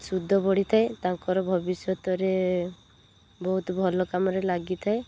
ସୁଧ ବଢ଼ିଥାଏ ତାଙ୍କର ଭବିଷ୍ୟତରେ ବହୁତ ଭଲ କାମରେ ଲାଗିଥାଏ